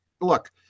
look